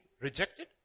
rejected